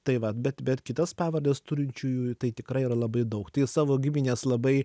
tai vat bet bet kitas pavardes turinčiųjų tai tikrai yra labai daug tai savo gimines labai